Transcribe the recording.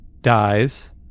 dies